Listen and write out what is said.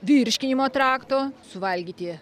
virškinimo trakto suvalgyti